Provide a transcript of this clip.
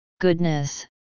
goodness